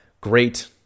great